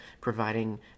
providing